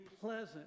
pleasant